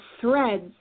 threads